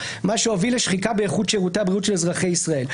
מה שהוביל לשחיקה באיכות שירותי הבריאות של אזרחי ישראל.